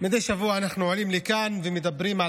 מדי שבוע אנחנו עולים לכאן ומדברים על